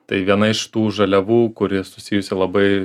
tai viena iš tų žaliavų kuri susijusi labai